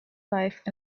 life